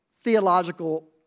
theological